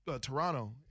Toronto